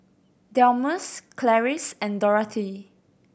Delmus Clarice and Dorathea